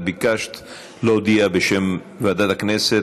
את ביקשת להודיע בשם ועדת הכנסת,